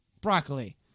Broccoli